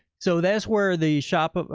so that's where the shop, ah but